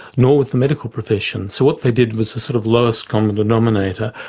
nor with the medical profession. so what they did was a sort of lowest common denominator,